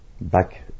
back